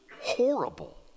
horrible